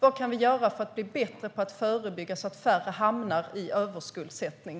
Vad kan vi göra för att bli bättre på att förebygga, så att färre hamnar i överskuldsättning?